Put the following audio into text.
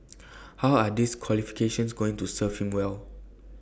how are these qualifications going to serve him well